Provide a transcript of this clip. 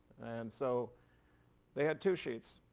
and so they had two sheets,